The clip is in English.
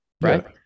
right